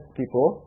people